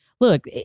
look